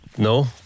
No